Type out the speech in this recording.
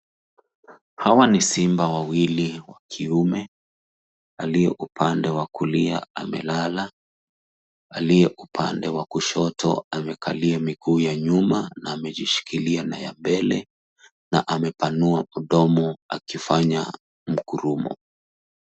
Hawa ni simba wawili wa kiume, aliye upande wa kulia amelala, aliye upande wa kushoto amekalia miguu ya nyuma, na amejishikilia na ya mbele, na amepanua mdomo akifanya mgurumo.